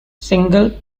single